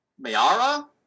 Mayara